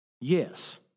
Yes